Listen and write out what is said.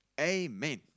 amen